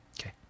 Okay